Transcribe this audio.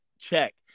Check